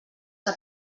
que